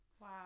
Wow